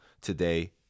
today